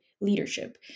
leadership